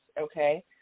okay